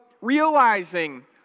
realizing